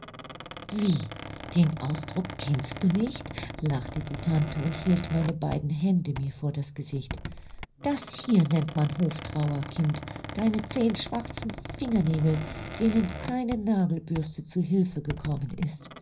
wie den ausdruck kennst du nicht lachte die tante und hielt meine beiden hände mir vor das gesicht das hier nennt man hoftrauer kind deine zehn schwarzen fingernägel denen keine nagelbürste zu hülfe gekommen ist